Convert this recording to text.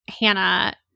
Hannah